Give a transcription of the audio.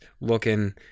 looking